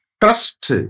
trust